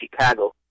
Chicago